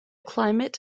climate